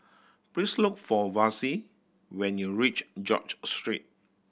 please look for Vassie when you reach George Street